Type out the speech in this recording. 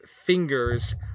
fingers